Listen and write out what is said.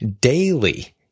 daily